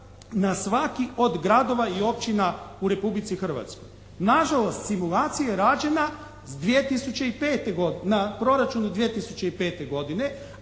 na svaki od gradova i općina u Republici Hrvatskoj. Nažalost simulacija je rađena sa 2005. godine,